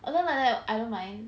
although like that I don't mind